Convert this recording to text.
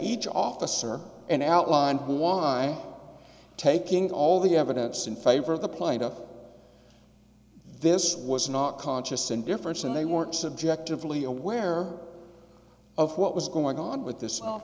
each officer and outlined why taking all the evidence in favor of the plaintiff this was not conscious indifference and they weren't subjectively aware of what was going on with this of